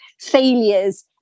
failures